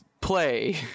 play